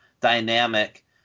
dynamic